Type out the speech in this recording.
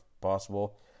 possible